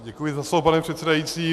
Děkuji za slovo, pane předsedající.